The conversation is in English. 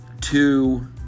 two